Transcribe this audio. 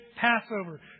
Passover